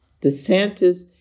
DeSantis